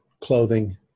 clothing